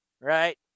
right